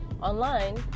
online